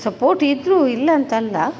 support ಇದ್ದರು ಇಲ್ಲ ಅಂತಲ್ಲ